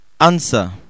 Answer